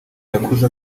yakuze